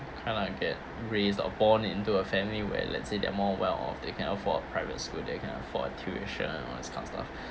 kind of like get raised or born into a family where let's say they are more well off they can afford private school they can afford tuition all these kind of stuff